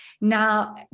Now